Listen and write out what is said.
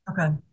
Okay